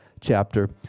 chapter